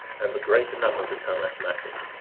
and the greater number become asthmatic.